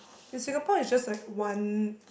in Singapore is just like one